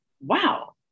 wow